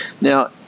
Now